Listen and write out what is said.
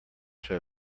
show